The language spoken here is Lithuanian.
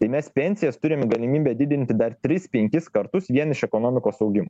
tai mes pensijas turime galimybę didinti dar tris penkis kartus vien iš ekonomikos augimo